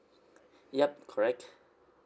yup correct